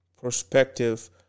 perspective